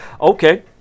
okay